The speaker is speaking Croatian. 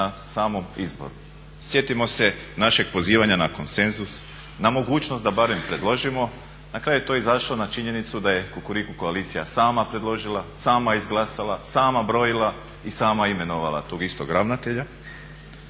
na samom izboru. Sjetimo se našeg pozivanja na konsenzus, na mogućnost da barem predložimo. Na kraju je to izašlo na činjenicu da je Kukuriku koalicija sama predložila, sama izglasala, sama brojila i sama imenovala tog istog ravnatelja